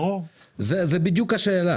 זה בדיוק השאלה.